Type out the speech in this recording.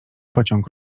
pociąg